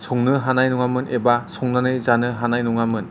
संनो हानाय नङामोन एबा संनानै जानो हानाय नङामोन